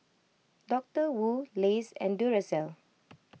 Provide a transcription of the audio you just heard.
Doctor Wu Lays and Duracell